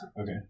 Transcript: Okay